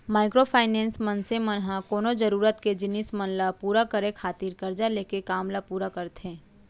micro finance, मनसे मन ह कोनो जरुरत के जिनिस मन ल पुरा करे खातिर करजा लेके काम ल पुरा करथे